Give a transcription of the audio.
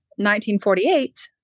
1948